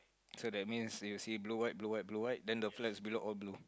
so that means you see blue word blue white blue white then the flats below all blue